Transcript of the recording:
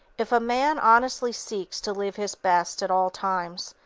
if a man honestly seeks to live his best at all times,